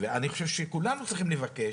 ואני חושב שכולנו צריכים לבקש,